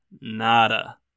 Nada